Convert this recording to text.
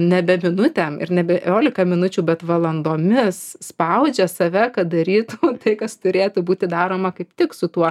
nebe minutę ir nebe iolika minučių bet valandomis spaudžia save kad daryt tai kas turėtų būti daroma kaip tik su tuo